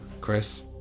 Chris